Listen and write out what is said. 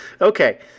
Okay